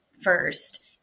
first